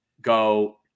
go